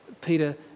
Peter